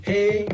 Hey